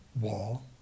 wall